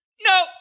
no